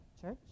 church